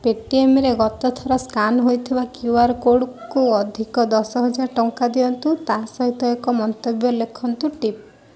ପେଟିଏମ୍ରେ ଗତଥର ସ୍କାନ୍ ହୋଇଥିବା କ୍ୟୁ ଆର୍ କୋଡ଼କୁ ଅଧିକ ଦଶହଜାର ଟଙ୍କା ଦିଅନ୍ତୁ ତା' ସହିତ ଏକ ମନ୍ତବ୍ୟ ଲେଖନ୍ତୁ ଟିପ୍